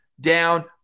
down